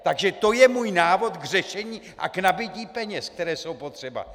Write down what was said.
Takže to je můj návod k řešení a k nabytí peněz, které jsou potřeba.